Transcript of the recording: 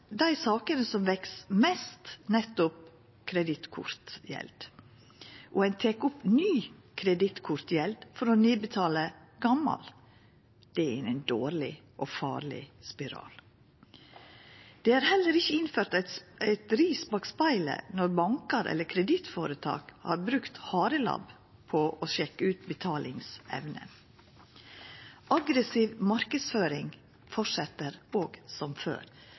dei sakene som veks mest, nettopp kredittkortgjeld, og ein tek opp ny kredittkortgjeld for å betala ned gamal. Det er ein dårleg og farleg spiral. Det har heller ikkje vorte innført eit ris bak spegelen for bankar eller kredittføretak som har sjekka betalingsevna med harelabb. Aggressiv marknadsføring fortset òg som før.